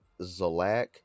Zalak